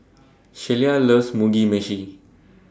Shelia loves Mugi Meshi